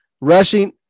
rushing